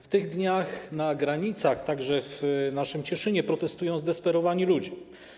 W tych dniach na granicach, także w naszym Cieszynie, protestują zdesperowani ludzie.